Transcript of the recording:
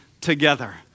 together